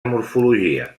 morfologia